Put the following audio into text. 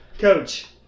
Coach